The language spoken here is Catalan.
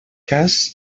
cas